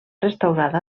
restaurada